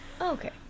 Okay